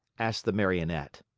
asked the marionette.